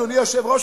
אדוני היושב-ראש,